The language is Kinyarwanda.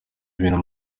ibintu